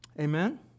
Amen